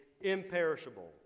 imperishable